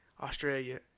Australia